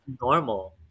normal